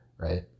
Right